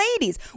ladies